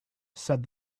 said